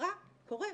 סיפרה קורה.